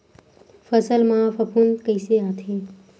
फसल मा फफूंद कइसे आथे?